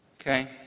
Okay